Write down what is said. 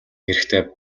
хэрэгтэй